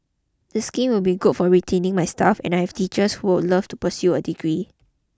the scheme would be good for retaining my staff and I have teachers who would love to pursue a degree